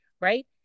Right